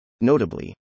Notably